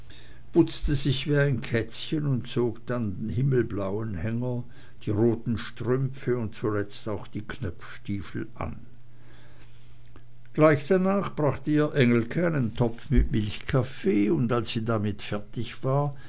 putzte sich wie ein kätzchen und zog dann den himmelblauen hänger die roten strümpfe und zuletzt auch die knöpfstiefel an gleich danach brachte ihr engelke einen topf mit milchkaffee und als sie damit fertig war